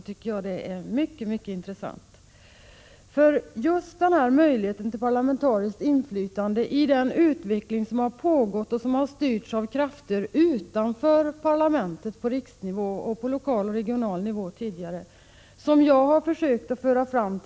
Det jag försökt föra fram till debatt här är nämligen just möjligheten till parlamentariskt inflytande på den utveckling som pågått och som på riksnivå och tidigare på lokal och regional nivå har styrts av krafter utanför parlamentet.